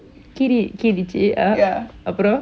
கீறி கீறிச்சு:keeri keerichu ah அப்புரோம்:appurom